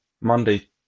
monday